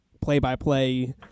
play-by-play